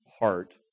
heart